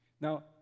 Now